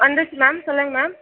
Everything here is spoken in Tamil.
வந்துச்சு மேம் சொல்லுங்கள் மேம்